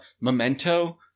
memento